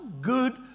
good